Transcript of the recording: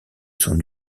son